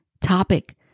topic